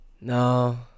No